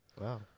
wow